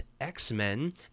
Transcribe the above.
X-Men